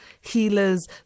healers